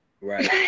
Right